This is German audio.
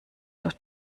durch